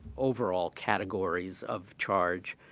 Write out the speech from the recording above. overall categories of charge,